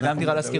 זה גם דירה להשכיר,